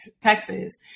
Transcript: Texas